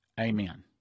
amen